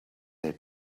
they